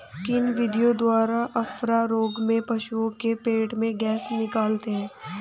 किन विधियों द्वारा अफारा रोग में पशुओं के पेट से गैस निकालते हैं?